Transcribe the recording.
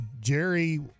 Jerry